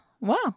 wow